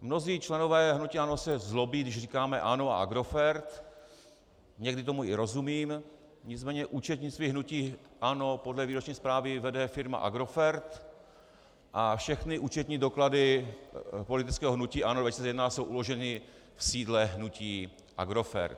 Mnozí členové hnutí ANO se zlobí, když říkáme ANO a Agrofert, někdy tomu i rozumím, nicméně účetnictví hnutí ANO podle výroční zprávy vede firma Agrofert a všechny účetní doklady politického hnutí ANO 2011 jsou uloženy v sídle hnutí Agrofert.